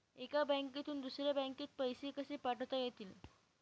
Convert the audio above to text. एका बँकेतून दुसऱ्या बँकेत पैसे कसे पाठवता येतील?